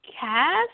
cast